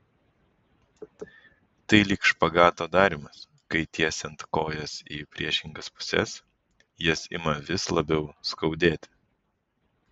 tai lyg špagato darymas kai tiesiant kojas į priešingas puses jas ima vis labiau skaudėti